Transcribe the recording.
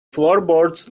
floorboards